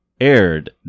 aired